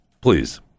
Please